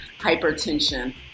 hypertension